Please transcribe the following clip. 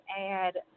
add